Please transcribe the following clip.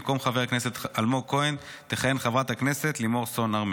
במקום חבר הכנסת אלמוג כהן תכהן חברת הכנסת לימור סון הר מלך.